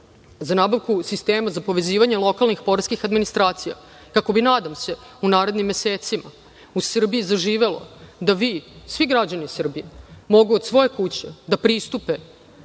za nabavku sistema za povezivanje lokalnih poreskih administracija kako bi, nadam se, u narednim mesecima u Srbiji zaživelo da svi građani Srbije mogu od svoje kuće da pristupe